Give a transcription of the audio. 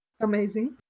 Amazing